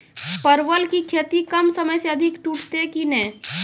परवल की खेती कम समय मे अधिक टूटते की ने?